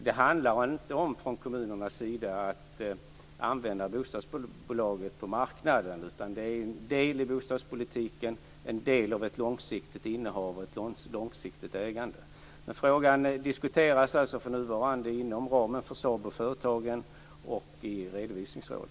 Det handlar inte om att kommunerna skall använda bostadsbolagen på marknaden, utan de är en del av bostadspolitiken och av ett långsiktigt ägande. Frågan diskuteras alltså för närvarande inom SABO